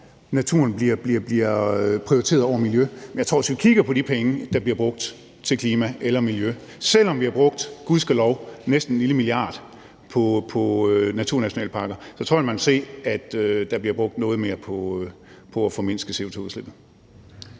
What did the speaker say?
naturen bliver prioriteret over miljøet, men jeg tror, at hvis vi kigger på de penge, der bliver brugt til klima eller miljø, selv om vi gudskelov har brugt næsten en lille milliard på naturnationalparker, så tror jeg, at man vil se, at der bliver brugt noget mere på at formindske CO2-udslippet.